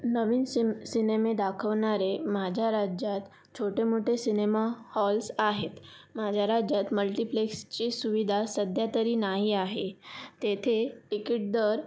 नवीन सीम सिनेमे दाखवणारे माझ्या राज्यात छोटे मोठे सिनेमा हॉल्स आहेत माझ्या राज्यात मल्टिप्लेक्सची सुविधा सध्या तरी नाही आहे तेथे तिकीट दर